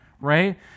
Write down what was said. right